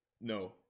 no